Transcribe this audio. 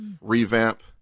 revamp